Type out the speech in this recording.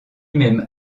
même